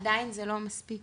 עדיין זה לא מספיק